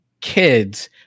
kids